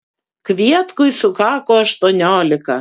kvietkui sukako aštuoniolika